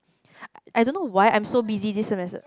I don't know why I am so busy this semester